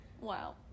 wow